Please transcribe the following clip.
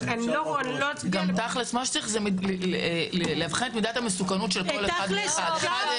זה לאבחן את מידת המסוכנות של כל אחד ואחד,